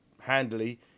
handily